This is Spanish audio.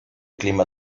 clima